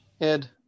Ed